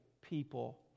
people